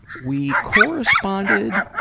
we corresponded,